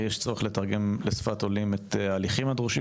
יש צורך בתרגום לשפת העולים את ההליכים הדרושים